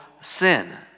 sin